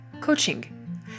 coaching